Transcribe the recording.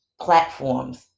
platforms